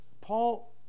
Paul